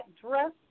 dress